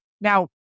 Now